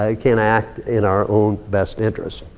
ah can act in our own best interests.